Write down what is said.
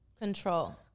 control